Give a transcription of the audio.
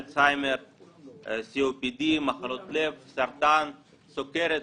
אלצהיימר, COPD, מחלות לב, סרטן, סכרת,